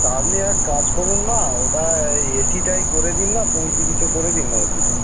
তা আপনি এক কাজ করুন না ওটা এএসিটাই করে দিন না পঁইতিরিশে করে দিন না এসিটা